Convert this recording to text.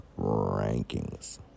rankings